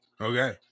okay